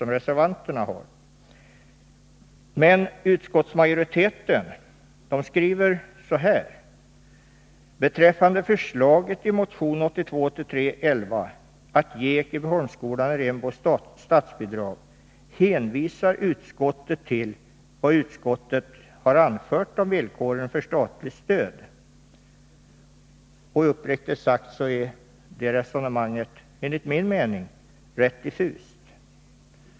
Men utskottsmajoriteten skriver så här: ”Beträffande förslaget i motion 1982/83:11 att ge Ekebyholmsskolan i Rimbo statsbidrag hänvisar utskottet till vad utskottet i det föregående har anfört om villkoren för statligt stöd.” Uppriktigt sagt är det resonemanget enligt min mening rätt diffust.